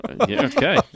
Okay